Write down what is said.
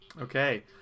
okay